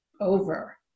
over